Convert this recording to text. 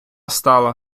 стала